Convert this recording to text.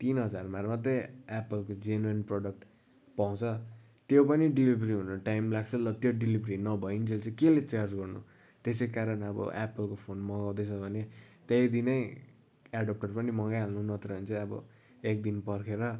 तिन हजारमा मात्रै एप्पलको जेन्विन प्रोडक्ट पाउँछ त्यो पनि डेलिभरी हुनु टाइम लाग्छ ल त्यो डेलिभरी नभइन्जेल चाहिँ केले चार्ज गर्नु त्यसै कारण अब एप्पलको फोन मगाउँदैछ भने त्यही दिनै एडप्टर पनि मगाइहाल्नु नत्र भने चाहिँ अब एकदनि पर्खेर